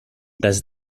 does